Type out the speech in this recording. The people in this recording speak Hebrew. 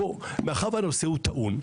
מאחר והנושא הוא טעון,